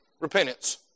repentance